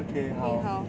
okay 好